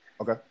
Okay